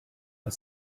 are